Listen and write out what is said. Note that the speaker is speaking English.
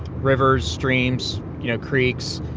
rivers, streams you know, creeks,